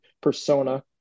persona